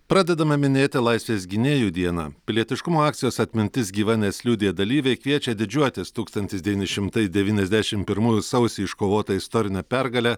pradedama minėti laisvės gynėjų dieną pilietiškumo akcijos atmintis gyva nes liudija dalyviai kviečia didžiuotis tūkstantis devyni šimtai devyniasdešim pirmųjų sausį iškovota istorine pergale